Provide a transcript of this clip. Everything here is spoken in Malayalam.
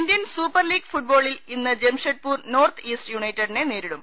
ഇന്ത്യൻ സൂപ്പർ ലീഗ് ഫുട്ബോളിൽ ഇന്ന് ജംഷഡ്പൂർ നോർത്ത് ഈസ്റ്റ് യുണൈറ്റഡിനെ നേരിടും